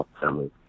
family